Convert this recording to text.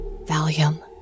Valium